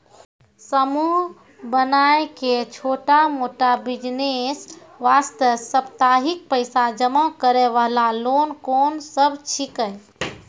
समूह बनाय के छोटा मोटा बिज़नेस वास्ते साप्ताहिक पैसा जमा करे वाला लोन कोंन सब छीके?